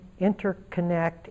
interconnect